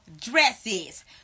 dresses